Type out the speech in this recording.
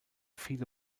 viele